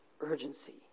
urgency